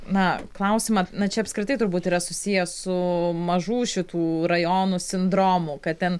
na klausimą na čia apskritai turbūt yra susiję su mažų šitų rajonų sindromu kad ten